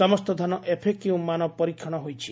ସମସ୍ତ ଧାନ ଏଫଏ କ୍ ମାନ ପରୀକ୍ଷଣ ହୋଇଛି